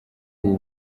ubu